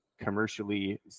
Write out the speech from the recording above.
commercially